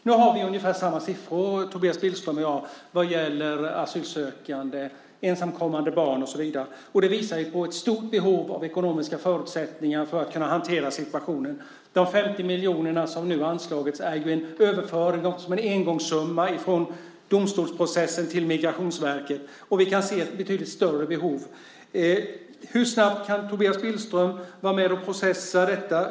Nu har vi ungefär samma siffror, Tobias Billström och jag, vad gäller asylsökande, ensamkommande barn och så vidare, och de visar på ett stort behov av ekonomiska förutsättningar för att man ska kunna hantera situationen. De 50 miljoner som nu har anslagits är ju en överföring av en engångssumma från domstolsprocessen till Migrationsverket, och vi kan se ett betydligt större behov. Hur snabbt kan Tobias Billström vara med och processa detta?